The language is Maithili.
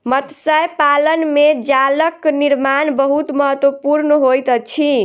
मत्स्य पालन में जालक निर्माण बहुत महत्वपूर्ण होइत अछि